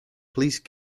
please